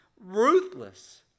ruthless